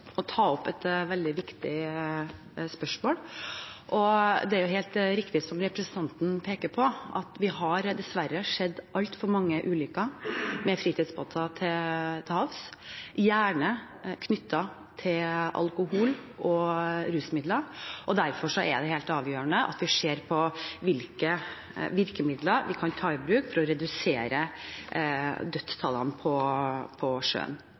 å ta opp et veldig viktig spørsmål. Det er helt riktig, som representanten peker på, at vi dessverre har sett altfor mange ulykker med fritidsbåter til havs, gjerne knyttet til alkohol og rusmidler. Derfor er det helt avgjørende at vi ser på hvilke virkemidler vi kan ta i bruk for å redusere dødstallene på sjøen.